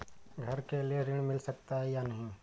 घर के लिए ऋण मिल सकता है या नहीं?